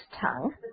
tongue